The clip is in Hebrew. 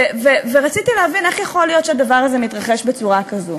ורציתי להבין איך יכול להיות שהדבר הזה מתרחש בצורה כזו,